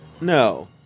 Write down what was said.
No